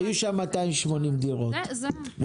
היו שם 280 דירות ו-100,